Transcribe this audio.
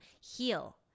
heal